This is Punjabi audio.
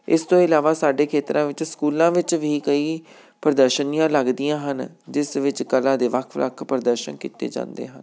ਇਸ ਤੋਂ ਇਲਾਵਾ ਸਾਡੇ ਖੇਤਰਾਂ ਵਿੱਚ ਸਕੂਲਾਂ ਵਿੱਚ ਵੀ ਕਈ ਪ੍ਰਦਰਸ਼ਨੀਆਂ ਲੱਗਦੀਆਂ ਹਨ ਜਿਸ ਵਿੱਚ ਕਲਾ ਦੇ ਵੱਖ ਵੱਖ ਪ੍ਰਦਰਸ਼ਨ ਕੀਤੇ ਜਾਂਦੇ ਹਨ